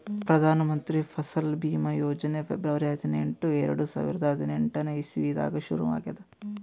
Pradhan Mantri Fasal Bima Yojana February ಹದಿನೆಂಟು, ಎರಡು ಸಾವಿರದಾ ಹದಿನೆಂಟನೇ ಇಸವಿದಾಗ್ ಶುರು ಆಗ್ಯಾದ್